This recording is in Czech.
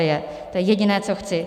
To je jediné, co chci.